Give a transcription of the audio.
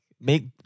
make